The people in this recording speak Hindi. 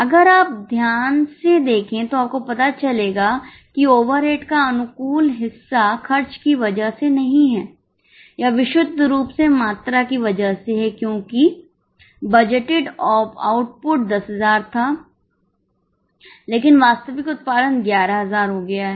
अगर आप ध्यान से देखें तो आपको पता चलेगा कि ओवरहेड का अनुकूल हिस्सा खर्च की वजह से नहीं है यह विशुद्ध रूप से मात्रा की वजह से है क्योंकि बजटित आउटपुट 10000 था लेकिन वास्तविक उत्पादन 11000 हो गया है